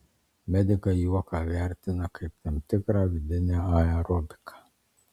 medikai juoką vertina kaip tam tikrą vidinę aerobiką